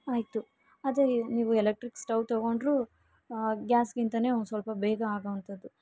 ಆಯಿತು ಅದೇ ನೀವು ಎಲೆಕ್ಟ್ರಿಕ್ ಸ್ಟವ್ ತಗೊಂಡ್ರು ಗ್ಯಾಸ್ಗಿಂತಾ ಒಂದು ಸ್ವಲ್ಪ ಬೇಗ ಆಗೋವಂಥದ್ದು